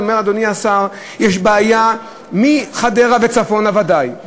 אדוני השר יש בעיה מחדרה וצפונה ודאי,